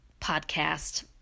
podcast